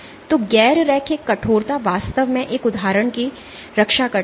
तो गैर रैखिक कठोरता वास्तव में एक उदाहरण की रक्षा करती है